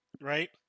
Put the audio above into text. right